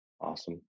Awesome